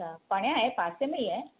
अछा परियां आहे पासे में ई आहे